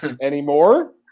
anymore